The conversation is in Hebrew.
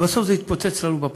בסוף, שזה יתפוצץ לנו בפרצוף.